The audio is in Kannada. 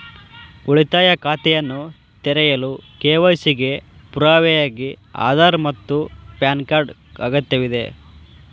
ಉಳಿತಾಯ ಖಾತೆಯನ್ನು ತೆರೆಯಲು ಕೆ.ವೈ.ಸಿ ಗೆ ಪುರಾವೆಯಾಗಿ ಆಧಾರ್ ಮತ್ತು ಪ್ಯಾನ್ ಕಾರ್ಡ್ ಅಗತ್ಯವಿದೆ